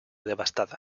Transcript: devastada